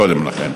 קודם לכן.